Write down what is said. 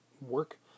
work